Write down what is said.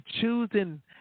choosing